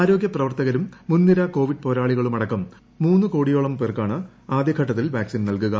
ആരോഗ്യ പ്രവർത്തകരും മുൻനിര കോവിഡ് പോരാളികളുമടക്കം മൂന്ന് കോടിയോളം പേർക്കാണ് ആദ്യഘട്ടത്തിൽ വാക്സിൻ നൽകുക